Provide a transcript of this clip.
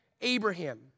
Abraham